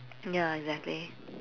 ya exactly